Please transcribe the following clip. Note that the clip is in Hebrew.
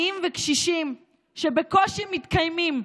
עניים וקשישים שבקושי מתקיימים,